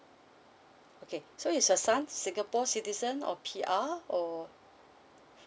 okay so is your son singapore citizen or P_R or